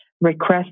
request